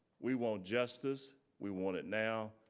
we want justice. we want it now.